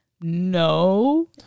No